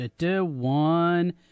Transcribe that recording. one